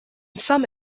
some